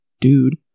dude